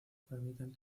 permiten